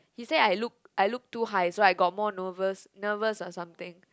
he say I look I look too high so I got more nervous nervous or something